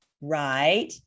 right